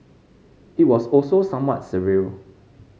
it was also somewhat surreal